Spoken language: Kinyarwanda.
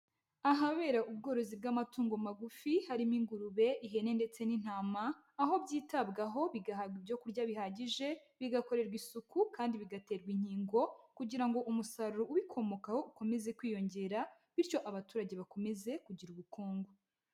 Ahabera ubworozi bw'amatungo magufi, harimo ingurube, ihene ndetse n'intama, aho byitabwaho bigahabwa ibyo kurya bihagije, bigakorerwa isuku kandi bigaterwa inkingo kugira ngo umusaruro ubikomokaho ukomeze kwiyongera bityo abaturage bakomeze kugira ubukungu.